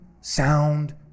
sound